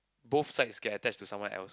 both sides get attached to someone else